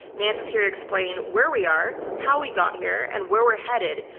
nance is here to explain where we are, how we got here, and where we're headed,